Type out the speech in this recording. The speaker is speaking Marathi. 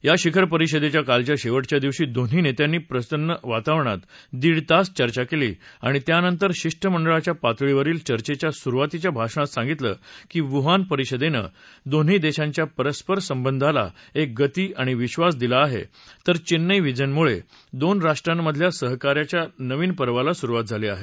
या शिखर परिषदेच्या कालच्या शेवटच्या दिवशी दोन्ही नेत्यांनी प्रसन्न वातावरणात दिड तास चर्चा केली आणि त्यानंतर शिष्टमंडळाच्या पातळीवरील चर्चेच्या सुरुवातीच्या भाषणात सांगितलं की वुहान परिषदेने दोन्ही देशांच्या परस्पर संबंधाला एक गती आणि विधास दिला होता तर चेन्नई व्हिजनमुळे दोन राष्ट्रांमधील सहकार्याच्या नवीन पर्वाला सुरुवात झाली आहे